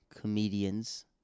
comedians